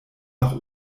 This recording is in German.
nach